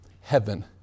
heaven